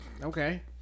Okay